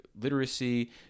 literacy